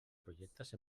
projectes